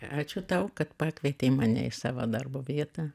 ačiū tau kad pakvietei mane į savo darbo vietą